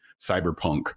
cyberpunk